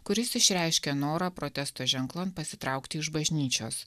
kuris išreiškė norą protesto ženklan pasitraukti iš bažnyčios